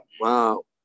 Wow